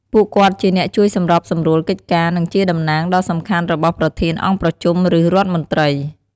ពួកគាត់ជាអ្នកជួយសម្របសម្រួលកិច្ចការ និងជាតំណាងដ៏សំខាន់របស់ប្រធានអង្គប្រជុំ ឬរដ្ឋមន្ត្រី ។